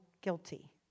guilty